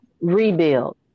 rebuild